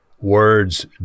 words